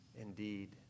Indeed